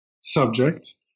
subject